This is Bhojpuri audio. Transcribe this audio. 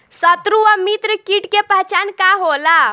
सत्रु व मित्र कीट के पहचान का होला?